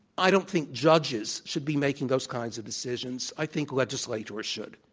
i don't think judges should be making those kinds of decisions. i think legislators should.